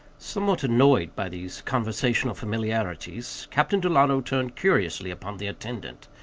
somewhat annoyed by these conversational familiarities, captain delano turned curiously upon the attendant,